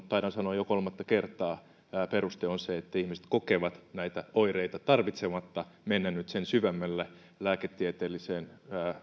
taidan sanoa jo kolmatta kertaa peruste on se että ihmiset kokevat näitä oireita tarvitsematta mennä nyt sen syvemmälle lääketieteelliseen